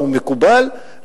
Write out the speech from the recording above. אפשר לנקוב בסיבות שהן כמעט,